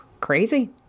crazy